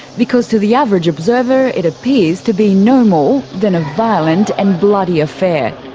because to the average observer it appears to be no more than a violent and bloody affair.